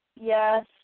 Yes